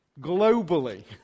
globally